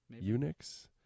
Unix